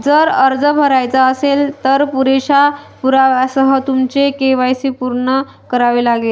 जर अर्ज भरायचा असेल, तर पुरेशा पुराव्यासह तुमचे के.वाय.सी पूर्ण करावे लागेल